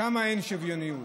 שם אין שוויוניות.